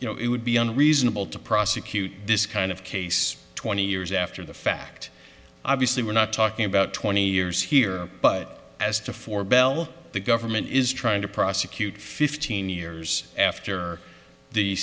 you know it would be unreasonable to prosecute this kind of case twenty years after the fact obviously we're not talking about twenty years here but as to for bell the government is trying to prosecute fifteen years after the